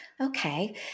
Okay